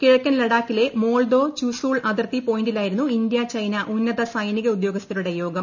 കിഴക്കൻ ലഡാക്കിലെ മോൾദോ ചുസൂൾ അതിർത്തി പോയിന്റിലായിരുന്നു ഇന്ത്യ ഷ്ട്രെന്ന ഉന്നത സൈനിക ഉദ്യോഗസ്ഥരുടെ യോഗം